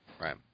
Right